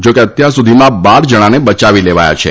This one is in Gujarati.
જોકે અત્યાર સુધીમાં બાર જણાને બયાવી લેવાયા છે